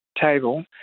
table